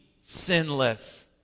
sinless